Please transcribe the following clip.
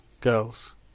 girls